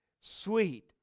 sweet